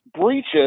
breaches